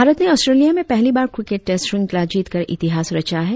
भारत ने ऑस्ट्रेलिया में पहली बार क्रिकेट टैस्ट श्रृंखला जीतकर इतिहास रचा है